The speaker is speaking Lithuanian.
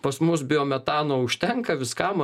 pas mus biometano užtenka viskam